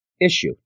issue